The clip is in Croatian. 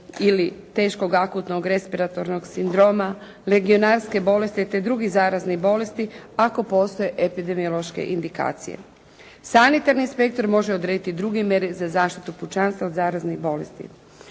ili teškog akutnog respiratornih sindroma, legionarske bolesti te drugih zaraznih bolesti ako postoje epidemiološke indikacije. Sanitarni inspektor može odrediti druge mjere za zaštitu pučanstva od zaraznih bolesti.